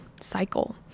cycle